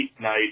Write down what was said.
night –